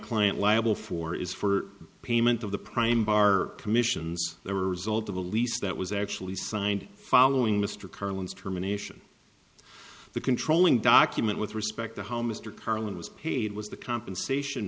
client liable for is for payment of the prime bar commissions the result of a lease that was actually signed following mr carlin's terminations the controlling document with respect to how mr carlin was paid was the compensation